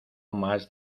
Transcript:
más